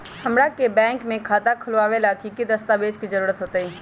हमरा के बैंक में खाता खोलबाबे ला की की दस्तावेज के जरूरत होतई?